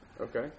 Okay